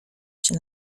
się